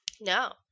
No